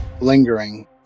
lingering